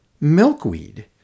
Milkweed